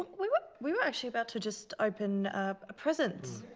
we were, we were actually about to just open, ah, presents,